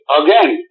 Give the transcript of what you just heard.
again